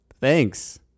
thanks